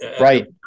Right